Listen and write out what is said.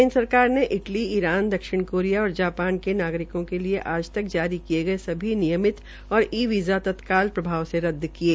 केन्द्र सरकार ने इटली ईरान दक्षिण कोरिया और जापान के नागरिकों के आज तक जारी किये गये सभी नियमित और ई वीज़ा तत्काल लिए प्रभाव से रद्द किये